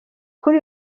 kuri